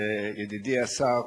ידידי השר,